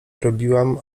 robiłam